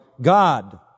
God